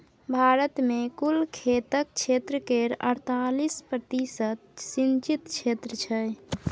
भारत मे कुल खेतक क्षेत्र केर अड़तालीस प्रतिशत सिंचित क्षेत्र छै